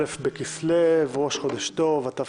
א' בכסלו התשפ"א,